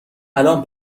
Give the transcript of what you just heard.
الان